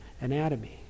anatomy